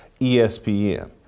ESPN